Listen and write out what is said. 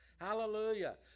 Hallelujah